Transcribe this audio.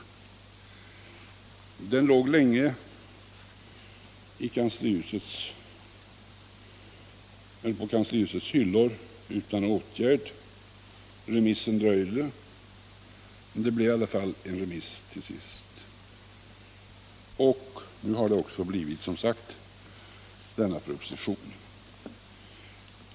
Betänkandet låg länge på kanslihusets hyllor utan åtgärd. Remissen dröjde, men det blev i alla fall till sist en remiss. Nu har vi som sagt fått denna proposition.